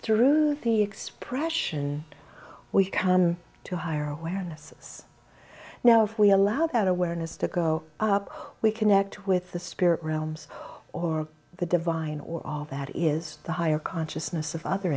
through theory expression we come to a higher awareness now if we allow that awareness to go up we connect with the spirit realms or the divine or all that is the higher consciousness of other